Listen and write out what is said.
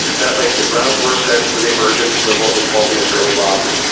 that laid the groundwork then for the emergence of what we call the israeli lobby.